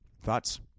Thoughts